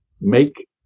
make